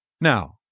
Now